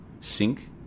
sync